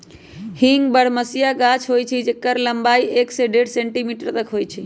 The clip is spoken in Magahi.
हींग बरहमसिया गाछ होइ छइ जेकर लम्बाई एक से डेढ़ सेंटीमीटर तक होइ छइ